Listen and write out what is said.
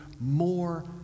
more